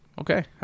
Okay